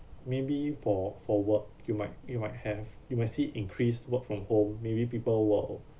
maybe for for work you might you might have you might see increased work from home maybe people will